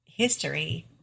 history